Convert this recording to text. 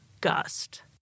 Gust